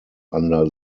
under